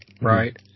right